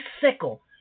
sickle